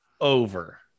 over